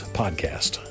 podcast